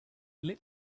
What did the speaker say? lit